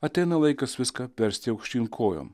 ateina laikas viską apversti aukštyn kojom